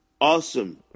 Awesome